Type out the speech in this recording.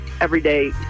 everyday